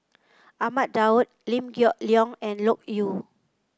Ahmad Daud Liew Geok Leong and Loke Yew